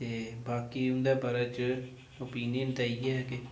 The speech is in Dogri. ते बाकी उं'दे बारे च ओपिनियन ते इ'यै की